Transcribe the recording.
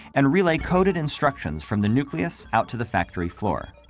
and relay coded instructions from the nucleus out to the factory floor.